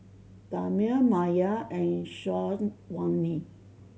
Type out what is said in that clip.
Damia Maya and Syazwani